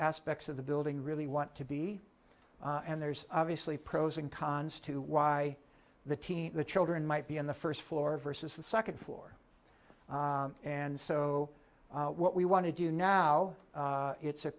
aspects of the building really want to be and there's obviously pros and cons to why the team the children might be in the first floor versus the second floor and so what we want to do now it's a